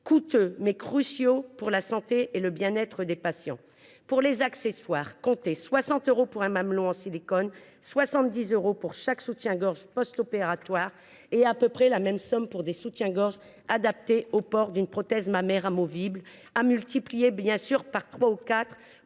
coûteux, mais cruciaux pour la santé et le bien être des patientes. Ainsi, pour les accessoires, il faut compter 60 euros pour un mamelon en silicone, 70 euros pour chaque soutien gorge postopératoire et à peu près la même somme pour des soutiens gorge adaptés au port d’une prothèse mammaire amovible, ce montant devant bien sûr être